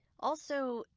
also,